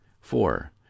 four